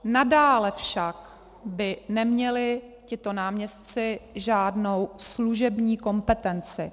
Nadále však by neměli tito náměstci žádnou služební kompetenci.